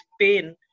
pain